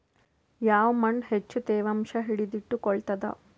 ಯಾವ್ ಮಣ್ ಹೆಚ್ಚು ತೇವಾಂಶ ಹಿಡಿದಿಟ್ಟುಕೊಳ್ಳುತ್ತದ?